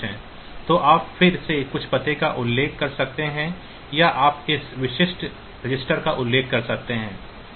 तो आप फिर से कुछ पते का उल्लेख कर सकते हैं या आप इन विशेष रजिस्टरों का उल्लेख कर सकते हैं